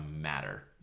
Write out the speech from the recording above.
matter